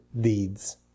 deeds